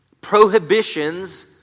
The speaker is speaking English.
prohibitions